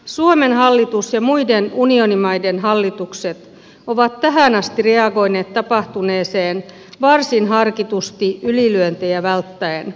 suomen hallitus ja muiden unionimaiden hallitukset ovat tähän asti reagoineet tapahtuneeseen varsin harkitusti ylilyöntejä välttäen